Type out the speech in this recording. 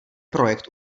projekt